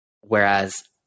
whereas